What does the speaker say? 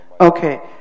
Okay